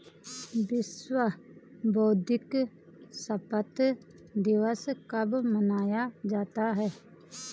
विश्व बौद्धिक संपदा दिवस कब मनाया जाता है?